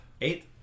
Eight